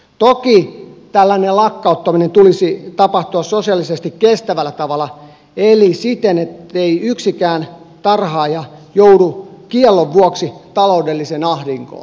toki tällaisen lakkauttamisen tulisi tapahtua sosiaalisesti kestävällä tavalla eli siten ettei yksikään tarhaaja joudu kiellon vuoksi taloudelliseen ahdinkoon